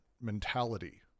mentality